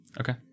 Okay